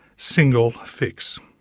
single fix.